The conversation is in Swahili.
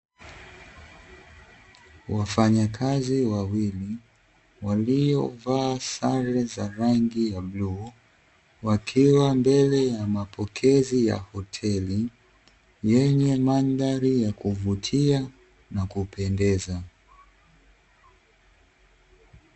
Wafanyakazi wawili waliovaa sare za rangi ya bluu, wakiwa mbele ya mapokezi ya hoteli yenye mandhari ya kuvutia na kupendeza.